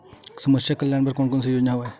समस्या कल्याण बर कोन कोन से योजना हवय?